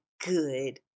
good